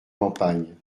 campagnes